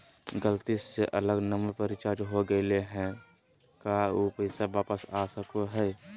गलती से अलग नंबर पर रिचार्ज हो गेलै है का ऊ पैसा वापस आ सको है?